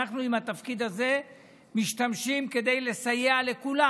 אנחנו משתמשים בתפקיד הזה כדי לסייע לכולם.